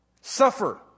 Suffer